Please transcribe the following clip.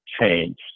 change